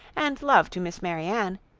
and love to miss marianne,